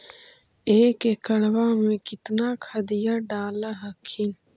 एक एकड़बा मे कितना खदिया डाल हखिन?